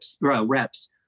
reps